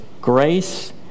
grace